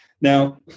Now